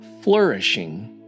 flourishing